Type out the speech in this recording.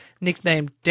nicknamed